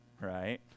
right